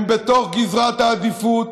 הם בתוך גזרת העדיפות,